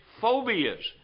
phobias